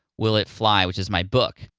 will it fly, which is my book.